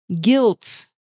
guilt